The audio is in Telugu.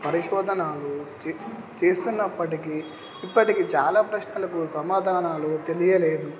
పరిశోధనలు చేస్తున్నప్పటికీ ఇప్పటికీ చాలా ప్రశ్నలకు సమాధానాలు తెలియలేదు